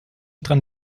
daran